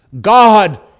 God